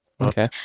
Okay